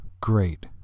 great